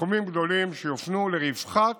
סכומים גדולים, שיופנו לרווחת